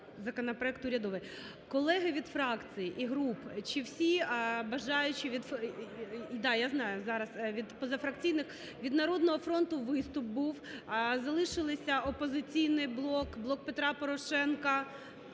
законопроект урядовий. Колеги від фракцій і груп, чи всі бажаючі… так, я знаю, зараз від позафракційних. Від "Народного фронту" виступ був, залишилися "Опозиційний блок", "Блок Петра Порошенка",